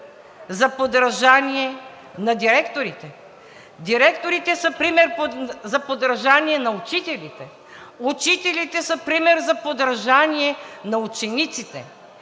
за подражание на директорите, директорите са пример за подражание на учителите, учителите са пример за подражание на учениците.